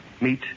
meet